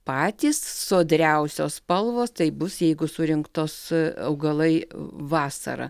patys sodriausios spalvos taip bus jeigu surinktos augalai vasarą